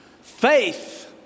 Faith